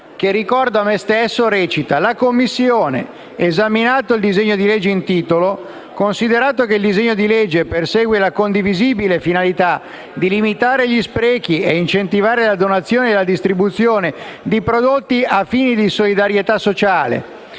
che, ricordo a me stesso, recita: «La Commissione, esaminato il disegno di legge in titolo; considerato che il disegno di legge persegue la condivisibile finalità di limitare gli sprechi e incentivare la donazione e la distribuzione di prodotti a fini di solidarietà sociale;